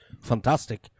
fantastic